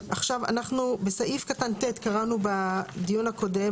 עכשיו אנחנו בסעיף קטן (ט) קראנו בדיון הקודם,